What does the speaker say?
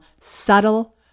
subtle